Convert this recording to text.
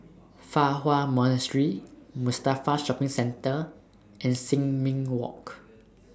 Fa Hua Monastery Mustafa Shopping Centre and Sin Ming Walk